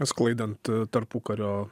sklaidant tarpukario